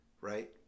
Right